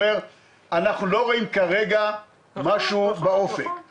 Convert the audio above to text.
שאנחנו לא רואים כרגע משהו באופק.